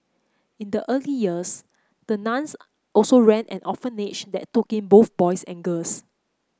in the early years the nuns also ran an orphanage that took in both boys and girls